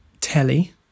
telly